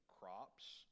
crops